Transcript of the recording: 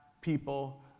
people